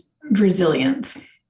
resilience